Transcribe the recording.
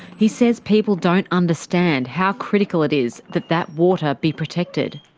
he says people don't understand how critical it is that that water be protected.